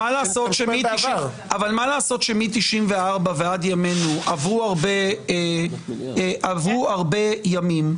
אבל מה לעשות שמ-1994 ועד ימינו עברו הרבה ימים.